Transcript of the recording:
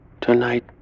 Tonight